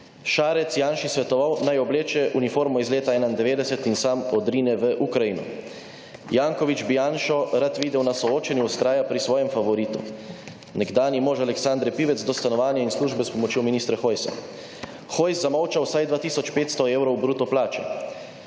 Šarec Janši svetoval, naj obleče uniformo iz leta 1991 in sam odrine v Ukrajino. Jankovič bi Janšo rad videl na soočenju, vztraja pri svojem favoritu. Nekdanji moč Aleksandre Pivec do stanovanja in službe s pomočjo ministra Hojsa. Hojs zamolčal vsaj 2 tisoč 500 evrov bruto plače.